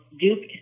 duped